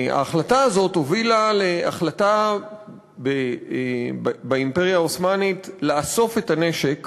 ההחלטה הזאת הובילה להחלטה באימפריה העות'מאנית לאסוף את הנשק